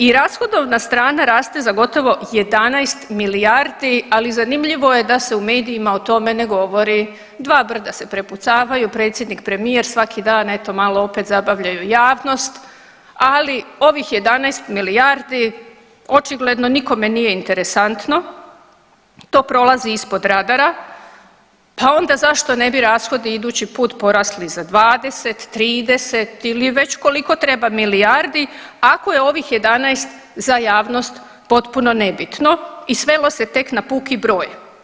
I rashodovna strana raste za gotovo 11 milijardi, ali zanimljivo je da se u medijima o tome ne govori, dva brda se prepucavaju, predsjednik i premijer svaki dan eto malo opet zabavljaju javnost, ali ovih 11 milijardi očigledno nikome nije interesantno, to prolazi ispod radara, pa onda zašto ne bi rashodi idući put porasli za 20, 30 ili već koliko treba milijardi ako je ovih 11 za javnost potpuno nebitno i svelo se tek na puki broj.